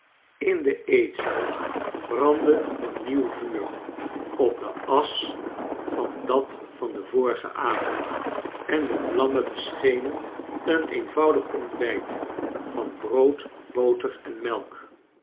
in de eetzaal brandde een nieuw vuur op de asch van dat van den vorigen avond en de vlammen beschenen een eenvoudig ontbijt van brood boter en melk